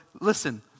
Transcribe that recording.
listen